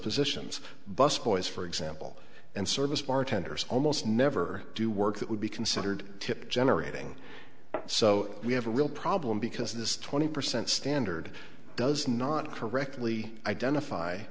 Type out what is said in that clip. positions busboys for example and service bartenders almost never do work that would be considered tip generating so we have a real problem because this twenty percent standard does not correctly identify